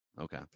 Okay